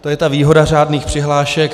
To je ta výhoda řádných přihlášek.